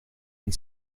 een